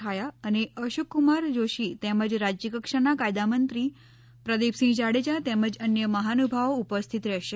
છાયા અને અશોક કુમાર જોશી તેમજ રાજયકક્ષાના કાયદામંત્રી પ્રદીપસિંહ જાડેજા તેમજ અન્ય મહાનુભવો ઉપસ્થિત રહેશે